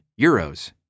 euros